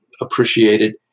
appreciated